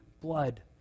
blood